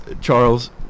Charles